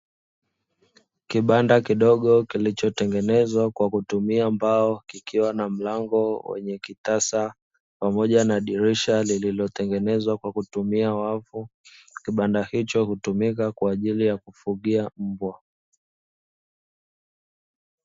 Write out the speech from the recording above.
Kibanda kidogo kilichotengenezwa kwa kutumia mbao kikiwa na mlango wenye kitasa pamoja na dirisha, lililotengenezwa kwa kutumia wavu kibanda hicho hutumika kwa ajili ya kufugia mbwa.